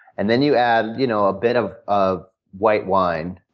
and then, you add you know a bit of of white wine.